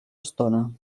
estona